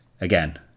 Again